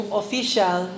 official